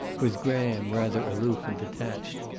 with graham rather aloof and detached,